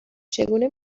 چگونه